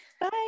Bye